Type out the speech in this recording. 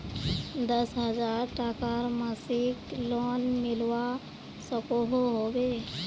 दस हजार टकार मासिक लोन मिलवा सकोहो होबे?